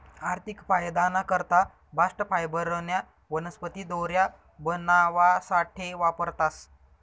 आर्थिक फायदाना करता बास्ट फायबरन्या वनस्पती दोऱ्या बनावासाठे वापरतास